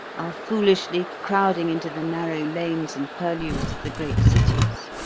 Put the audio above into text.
are foolishly crowding into the narrow lanes and purlieus of the great cities.